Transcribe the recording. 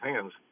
hands